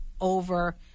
over